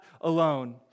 alone